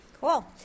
Cool